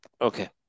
Okay